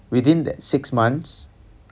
within that six months